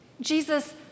Jesus